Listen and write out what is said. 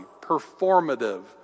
Performative